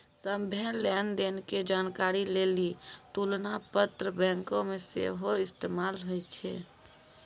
सभ्भे लेन देन के जानकारी लेली तुलना पत्र बैंको मे सेहो इस्तेमाल होय छै